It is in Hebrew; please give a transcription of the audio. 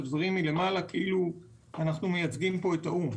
דברים מלמעלה כאילו אנו מייצגים פה את האו"ם.